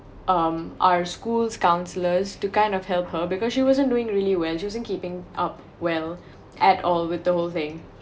um our school's counselors to kind of help her because she wasn't doing really well she wasn't keeping up well at all with the whole thing